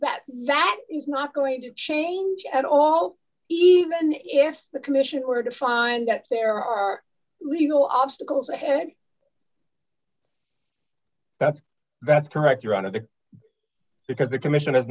that that is not going to change at all even if the commission were to find that there are legal obstacles ahead that's that's correct you're out of the because the commission is